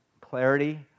clarity